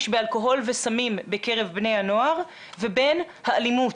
באלכוהול וסמים בקרב בני הנוער ובין האלימות.